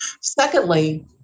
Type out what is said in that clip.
Secondly